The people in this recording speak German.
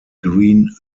green